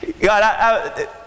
God